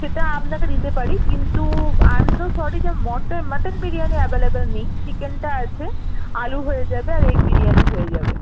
সেটা আপনাকে দিতে পারি কিন্তু আই অ্যাম সো সরি যে মটন মাটন বিরিয়ানি অ্যাভেলেবল নেই চিকেনটা আছে আলু হয়ে যাবে আর এগ বিরিয়ানি হয়ে যাবে